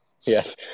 Yes